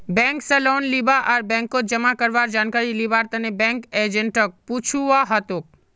bank स loan लीबा आर बैंकत जमा करवार जानकारी लिबार तने बैंक एजेंटक पूछुवा हतोक